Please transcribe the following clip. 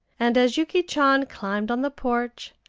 and as yuki chan climbed on the porch,